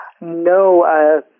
No